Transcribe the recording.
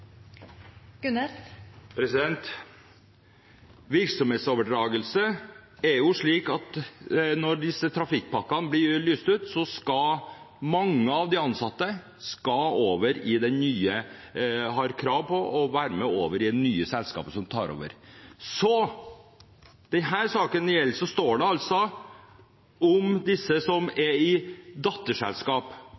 det gjelder virksomhetsoverdragelse, er det slik at når disse trafikkpakkene blir lyst ut, så har mange av de ansatte krav på å være med over i det nye selskapet som tar over. I denne saken står det altså om disse som